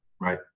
right